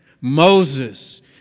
Moses